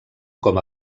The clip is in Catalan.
com